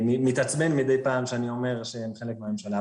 מתעצבן מידי פעם כשאני אומר שהם חלק מהממשלה.